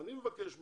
אני מבקש מכם,